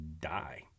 die